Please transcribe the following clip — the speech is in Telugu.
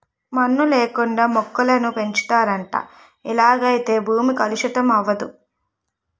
మన్ను లేకుండా మొక్కలను పెంచుతారట ఇలాగైతే భూమి కలుషితం అవదు